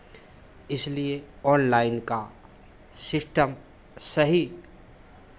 इसलिए ऑनलाइन का सिस्टम सही